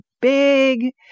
big